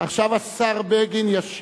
השר בגין ישיב.